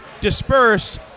disperse